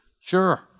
Sure